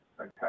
Okay